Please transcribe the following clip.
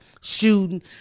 shooting—